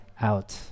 out